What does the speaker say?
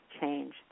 change